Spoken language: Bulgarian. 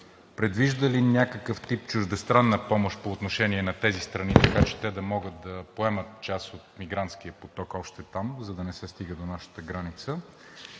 предвижда ли някакъв тип чуждестранна помощ по отношение на тази страни, така че те да могат да поемат част от мигрантския поток още там, за да не се стига до нашата граница?